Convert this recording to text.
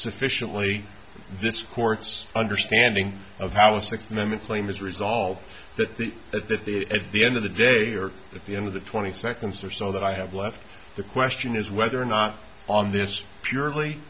sufficiently this court's understanding of how a six minute flame is resolved that the that that the at the end of the day or at the end of the twenty seconds or so that i have left the question is whether or not on this purely